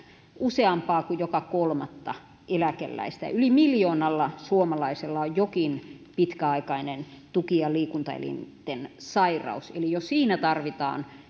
useampaa kuin joka kolmatta eläkeläistä yli miljoonalla suomalaisella on jokin pitkäaikainen tuki ja liikuntaelinten sairaus eli jo siinä tarvitaan